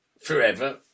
forever